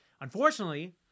unfortunately